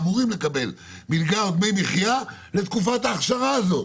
אמורים לקבל מלגה או דמי מחיה לתקופת ההכשרה הזו?